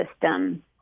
system